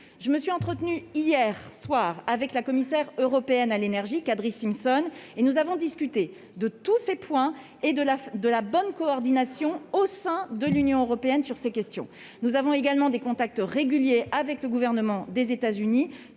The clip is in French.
je me suis entretenu hier soir avec la commissaire européenne à l'Énergie Kadri Simpson et nous avons discuté de tous ces points et de la de la bonne coordination au sein de l'Union européenne sur ces questions, nous avons également des contacts réguliers avec le gouvernement des États-Unis